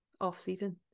off-season